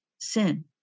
sin